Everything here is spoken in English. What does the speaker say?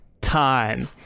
time